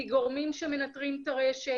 מגורמים שמנטרים את הרשת,